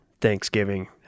Thanksgiving